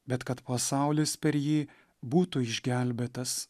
bet kad pasaulis per jį būtų išgelbėtas